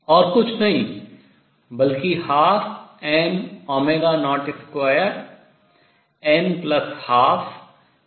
और कुछ नहीं बल्कि 12mω02n12 ℏm0 है